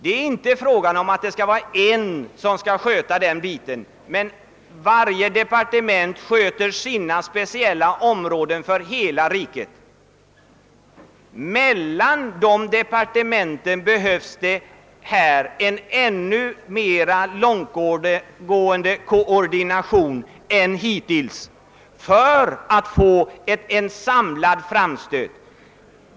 Det är inte avsikten att en person skall sköta det avsnittet, utan varje departement skall ha hand om sina särskilda ämnesområden för hela riket, men det behövs en ännu mer långtgående koordination än hit tills mellan departementen för en samlad framstöt.